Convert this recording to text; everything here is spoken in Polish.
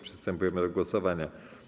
Przystępujemy do głosowania.